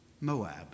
Moab